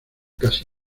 casi